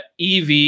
EV